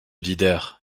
leader